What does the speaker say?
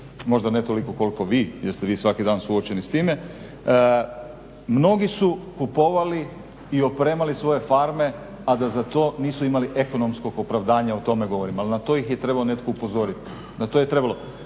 Možda ne toliko koliko vi, jeste vi svaki dan suočeni s time. Mnogi su kupovali i opremali svoje farme, a da za tu nisu imali ekonomskog opravdana o tome govorim, ali na to ih je trebao netko upozoriti. Hrvatska država